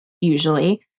usually